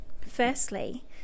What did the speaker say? firstly